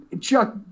Chuck